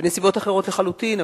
בנסיבות אחרות לחלוטין.